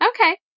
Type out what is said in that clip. Okay